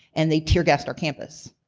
and they tear gassed our campus.